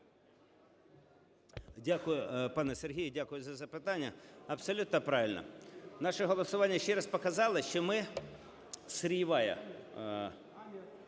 Дякую. Пане Сергію, дякую за запитання. Абсолютно правильно. Наше голосування ще раз показало, що ми сировинна